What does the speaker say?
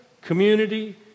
community